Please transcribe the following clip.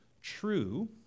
true